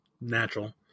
natural